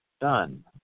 done